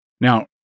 Now